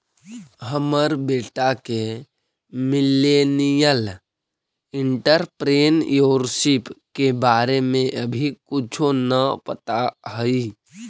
हमर बेटा के मिलेनियल एंटेरप्रेन्योरशिप के बारे में अभी कुछो न पता हई